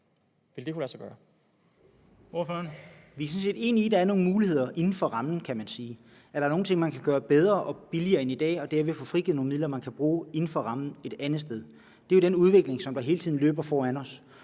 René Christensen (DF): Vi er sådan set enige i, at der er nogle muligheder inden for rammen, kan man sige, at der er nogle ting, man kan gøre bedre og billigere end i dag og derved få frigivet nogle midler, man kan bruge inden for rammen et andet sted. Det er jo den udvikling, som der hele tiden løber foran os.